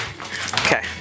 Okay